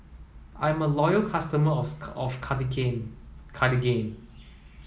I'm a loyal customer of Cartigain